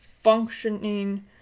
functioning